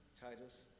Titus